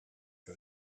her